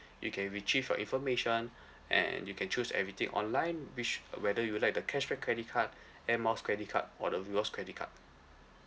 you can retrieve your information and you can choose everything online which uh whether you like the cash back credit card air miles credit card or the rewards credit card